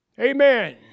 Amen